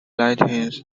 latency